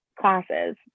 classes